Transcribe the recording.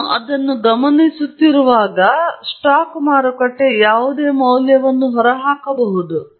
ನಾನು ಅದನ್ನು ಗಮನಿಸುತ್ತಿರುವುದನ್ನು ಸ್ಟಾಕ್ ಮಾರುಕಟ್ಟೆ ಸೂಚಿಯ ಯಾವುದೇ ಮೌಲ್ಯವನ್ನು ಹೊರಹಾಕಬಹುದು